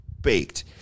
baked